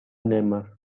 namer